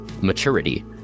maturity